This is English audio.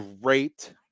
great